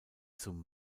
zum